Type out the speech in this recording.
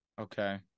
Okay